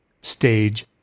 Stage